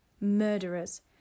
murderers